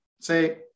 say